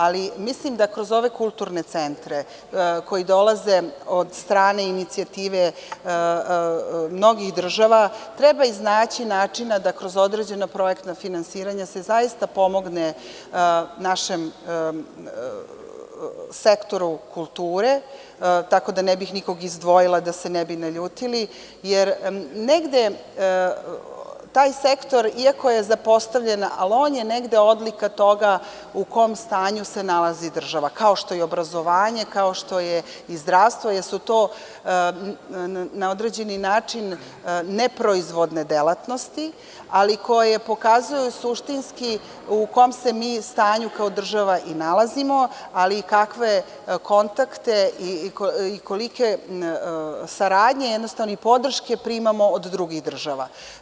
Ali, mislim da kroz ove kulturne centre koji dolaze od strane inicijative mnogih država treba iznaći načina da kroz određene projekte finansiranja se zaista pomogne našem sektoru kulture, tako da ne bih nikoga izdvojila da se ne bi naljutili, jer negde taj sektor iako je zapostavljen ali on je negde odlika toga u kom stanju se nalazi država kao što je obrazovanje, kao što je i zdravstvo jer su to na određeni način neproizvodne delatnosti, ali koje pokazuju suštinski u kom se mi stanju kao država nalazimo ali i kakve kontakte i kolike saradnje jednostavno podrške primamo od drugih država.